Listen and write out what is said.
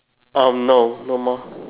orh no no more